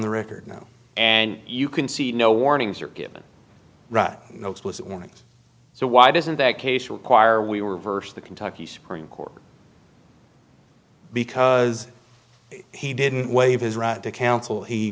the record now and you can see no warnings are given right no explicit warnings so why doesn't that case require we were versus the kentucky supreme court because he didn't waive his